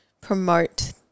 promote